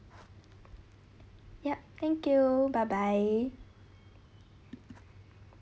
yup thank you bye bye